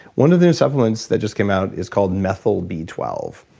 one of the new supplements that just came out is called methyl b twelve.